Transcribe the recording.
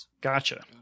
Gotcha